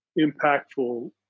impactful